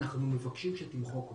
אנחנו מבקשים שתמחוק אותו.